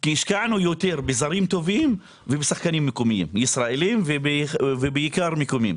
כי השקענו יותר בזרים טובים ובשחקנים ישראלים ובעיקר מקומיים.